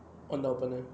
on the opponent